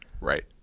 Right